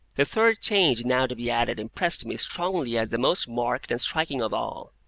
the third change now to be added impressed me strongly as the most marked and striking of all.